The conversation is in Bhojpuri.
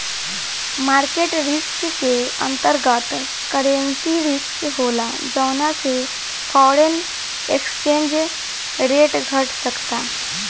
मार्केट रिस्क के अंतर्गत, करेंसी रिस्क होला जौना से फॉरेन एक्सचेंज रेट घट सकता